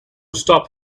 stop